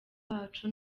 bacu